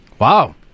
Wow